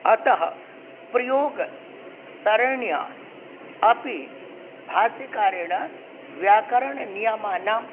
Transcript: अतः प्रयोगसरण्या अपि भाष्यकारेण व्याकरणे नियमानाम्